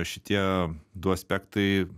šitie du aspektai